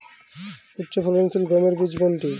উচ্চফলনশীল গমের বীজ কোনটি?